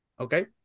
Okay